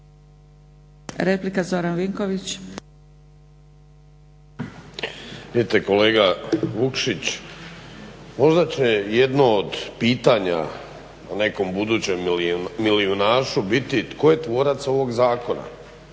Replika Zoran Vinković.